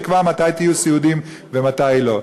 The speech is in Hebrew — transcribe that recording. יקבע מתי תהיו סיעודיים ומתי לא.